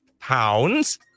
Pounds